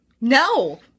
No